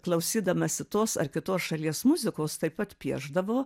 klausydamasi tos ar kitos šalies muzikos taip pat piešdavo